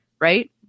Right